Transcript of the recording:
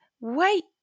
wait